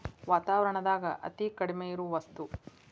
ವಾತಾವರಣದಾಗ ಅತೇ ಕಡಮಿ ಇರು ವಸ್ತು